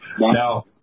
Now